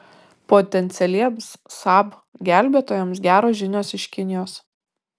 potencialiems saab gelbėtojams geros žinios iš kinijos